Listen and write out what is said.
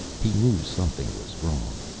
he knew something was wrong.